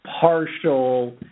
partial